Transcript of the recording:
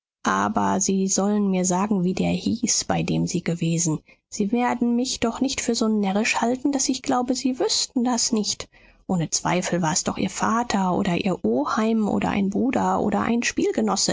aber sie sollen mir sagen wie der hieß bei dem sie gewesen sie werden mich doch nicht für so närrisch halten daß ich glaube sie wüßten das nicht ohne zweifel war es doch ihr vater oder ihr oheim oder ein bruder oder ein